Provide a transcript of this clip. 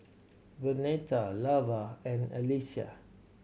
Vernetta Lavar and Allyssa